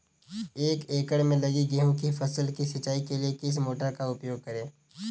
एक एकड़ में लगी गेहूँ की फसल की सिंचाई के लिए किस मोटर का उपयोग करें?